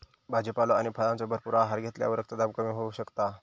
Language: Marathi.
भाजीपालो आणि फळांचो भरपूर आहार घेतल्यावर रक्तदाब कमी होऊ शकता